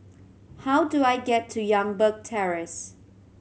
how do I get to Youngberg Terrace